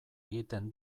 egiten